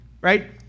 right